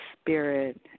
Spirit